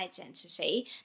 identity